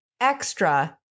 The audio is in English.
extra